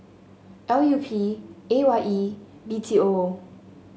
L U P A Y E B T O